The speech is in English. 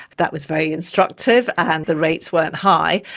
that was very instructive, and the rates weren't high.